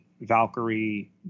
Valkyrie